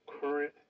current